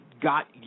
got